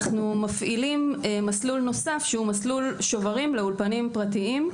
אנו מפעילים מסלול נוסף שוברים לאולפנים פרטיים,